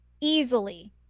Easily